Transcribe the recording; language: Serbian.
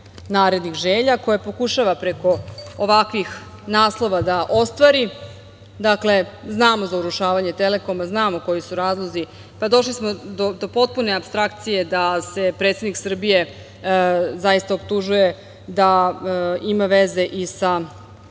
navodnih želja, koje pokušava preko ovakvih naslova da ostvari. Dakle, znamo za urušavanje „Telekoma“, znamo koji su razlozi, pa došli smo do potpune apstrakcije da se predsednik Srbije optužuje da ima veze i sa